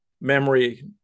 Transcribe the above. memory